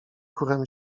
chórem